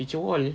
feature wall